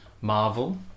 Marvel